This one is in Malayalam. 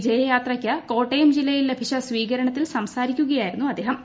വിജയയാത്രക്ക് കോട്ടയം ജില്ലയിൽ ലഭിച്ച സ്വീകരണത്തിൽ സംസാരിക്കുകയ്യിരുന്നു അദ്ദേഹം